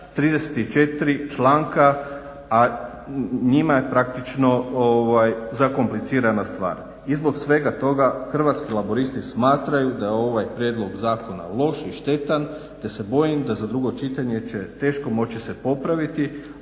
34 članka, a njima je praktično zakomplicirana stvar. I zbog svega toga Hrvatski laburisti smatraju da ovaj prijedlog zakona loš i štetan te se bojim da za drugo čitanje će se teško moći popraviti,